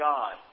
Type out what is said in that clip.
God